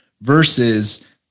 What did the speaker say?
versus